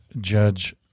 Judge